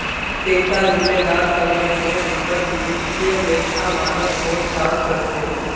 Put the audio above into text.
एकता जिम्मेदार संगठनेर रूपत वित्तीय लेखा मानक बोर्ड काम कर छेक